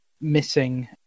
missing